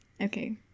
Okay